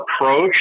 approach